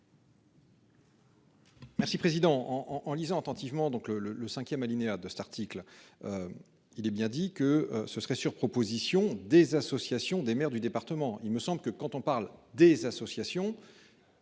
Merci président. En lisant attentivement donc le le le 5ème alinéa de cet article. Il est bien dit que ce serait sur proposition des associations des maires du département. Il me semble que quand on parle des associations.